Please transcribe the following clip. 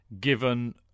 given